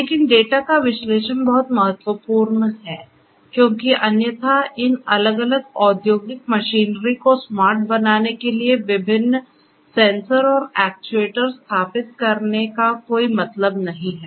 लेकिन डेटा का विश्लेषण बहुत महत्वपूर्ण है क्योंकि अन्यथा इन अलग अलग औद्योगिक मशीनरी को स्मार्ट बनाने के लिए विभिन्न सेंसर और एक्चुएटर स्थापित करने का कोई मतलब नहीं है